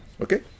Okay